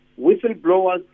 Whistleblowers